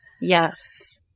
Yes